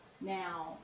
Now